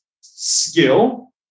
skill